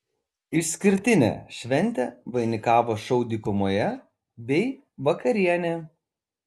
išskirtinę šventę vainikavo šou dykumoje bei vakarienė